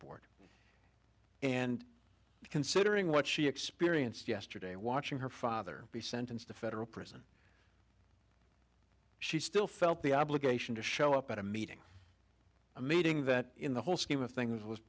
board and considering what she experienced yesterday watching her father be sentenced to federal prison she still felt the obligation to show up at a meeting a meeting that in the whole scheme of things was